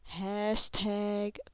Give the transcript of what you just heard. Hashtag